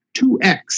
2x